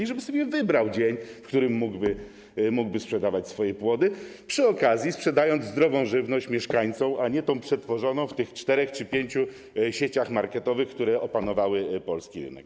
Chodzi o to, żeby sobie wybrał dzień, w którym mógłby sprzedawać swoje płody, przy okazji sprzedając zdrową żywność mieszkańcom, a nie tę przetworzoną w tych czterech czy pięciu sieciach marketowych, które opanowały polski rynek.